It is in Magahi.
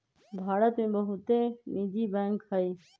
भारत में बहुते निजी बैंक हइ